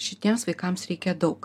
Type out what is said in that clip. šitiems vaikams reikia daug